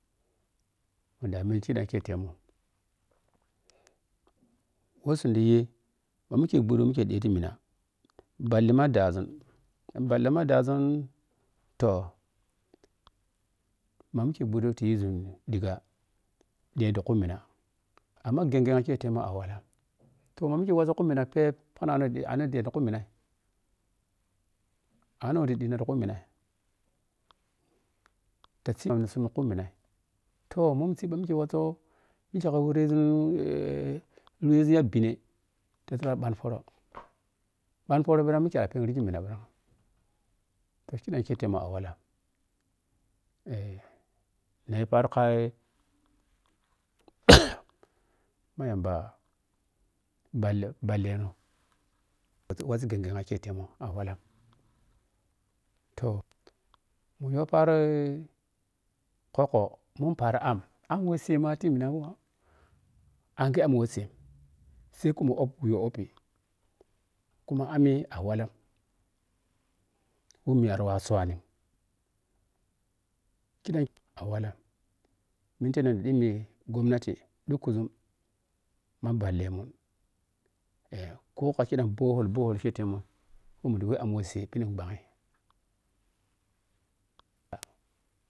Munɗa menghi khiɗan kye khemun mu shun ɗiye ma mikye ɓhuɗo ma mikye ɗhi timinna bwalli ma ɗhaȝun phalli ma daȝun toh mamikye ɓhuɗɔ mikye ti yiȝun ɗhiga ɗhi ti kummina amma ghegghemakei a wallan toh ma mikye wasii ghi kummina phep phanang anug ɗhi anug ɗhiti kuminnai anugh ri ɗhina ti kummina ta wɔsii khudhumun ti khuminai toh mhommi siihɓha wuso mikye ka wɔreȝun eh wɛȝui ya bhine ta tella ɓhan pooro bhan pooro bhirag mikye a bherigi minna bha toh kiɗam ke temmun a walla eh na yi paaroka ma yamba phalle bhallemun mati wasii ghenghema kei anghe walla toh mani to bharoi khukko paari amma mm wɛsemati munnamun anghe amm wɛsɛ sai mu koh mu upp wuyha uppi kama ammi a walla wɛmiya ta wawɛ shuwni khiɗam a wallam mitino ni ɗhimi gommati dhukkuȝum ma bhalle mun eh koh khiȝii ka anmun shɔhom wɛ mun ɗa wɛ amm wɛ she khiɗam wɛ se.